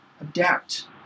Adapt